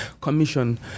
Commission